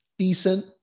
Decent